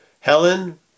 Helen